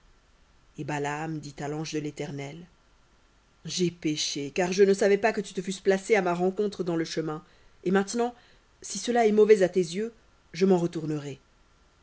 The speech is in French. et balaam dit à l'ange de l'éternel j'ai péché car je ne savais pas que tu te fusses placé à ma rencontre dans le chemin et maintenant si cela est mauvais à tes yeux je m'en retournerai